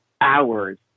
hours